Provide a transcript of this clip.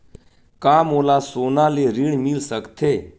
का मोला सोना ले ऋण मिल सकथे?